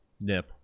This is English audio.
nip